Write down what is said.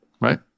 right